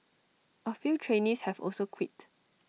A few trainees have also quit